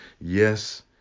yes